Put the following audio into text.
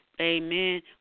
amen